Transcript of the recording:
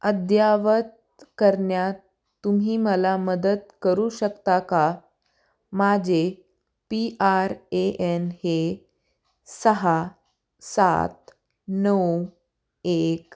अद्ययावत करण्यात तुम्ही मला मदत करू शकता का माझे पी आर ए एन हे सहा सात नऊ एक